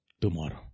tomorrow